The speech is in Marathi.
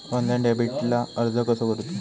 ऑनलाइन डेबिटला अर्ज कसो करूचो?